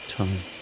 time